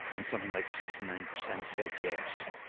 and something like sixty nine percent said yes.